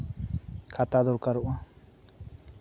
ᱠᱷᱟᱛᱟ ᱫᱚᱨᱠᱟᱨᱚᱜᱼᱟ